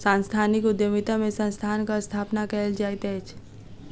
सांस्थानिक उद्यमिता में संस्थानक स्थापना कयल जाइत अछि